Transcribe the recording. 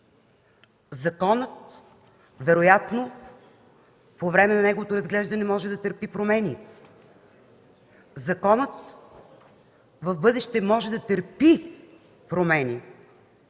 Законът вероятно по време на неговото разглеждане може да търпи промени. Законът в бъдеще може да търпи промени,